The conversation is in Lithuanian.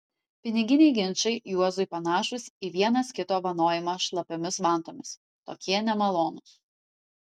piniginiai ginčai juozui panašūs į vienas kito vanojimą šlapiomis vantomis tokie nemalonūs